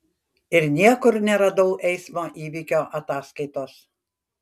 ir niekur neradau eismo įvykio ataskaitos